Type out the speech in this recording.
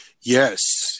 Yes